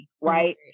right